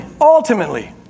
ultimately